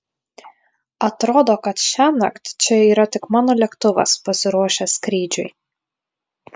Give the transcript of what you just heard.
atrodo kad šiąnakt čia yra tik mano lėktuvas pasiruošęs skrydžiui